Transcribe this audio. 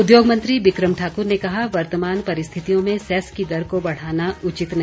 उद्योग मंत्री विक्रम ठाकुर ने कहा वर्तमान परिस्थितियों में सैस की दर को बढ़ाना उचित नहीं